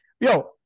Yo